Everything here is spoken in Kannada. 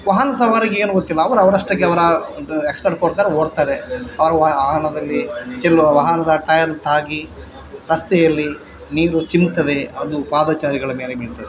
ವಾಹನ ಸವಾರರಿಗೆ ಏನು ಗೊತ್ತಿಲ್ಲ ಅವರು ಅವರಷ್ಟಕ್ಕೆ ಅವರ ಒಂದು ಆಕ್ಸ್ಲೇಟ್ರ್ ಕೊಡ್ತಾರೆ ಓಡ್ತಾರೆ ಅವರ ವಾಹನದಲ್ಲಿ ಚೆಲ್ಲುವ ವಾಹನದ ಟಯರ್ ತಾಗಿ ರಸ್ತೆಯಲ್ಲಿ ನೀರು ಚಿಮ್ಮುತ್ತದೆ ಅದು ಪಾದಚಾರಿಗಳ ಮೇಲೆ ಬೀಳ್ತದೆ